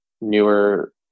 newer